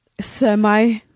semi-